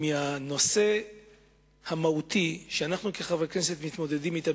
מהנושא המהותי שאנו כחברי הכנסת מתמודדים אתו